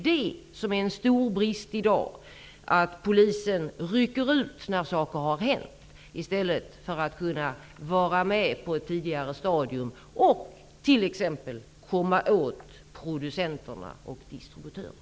Det är en stor brist i dag, att polisen rycker ut när saker har hänt i stället för att kunna vara med på ett tidigare stadium och t.ex. kunna komma åt producenterna och distributörerna.